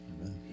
Amen